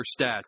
stats